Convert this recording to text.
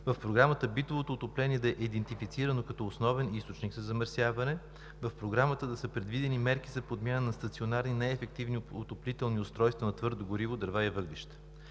В програмата битовото отопление да е идентифицирано като основен източник за замърсяване; в програмата да са предвидени мерки за подмяна на стационарни неефективни отоплителни устройства на твърдо гориво – дърва и въглища.